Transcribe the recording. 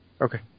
Okay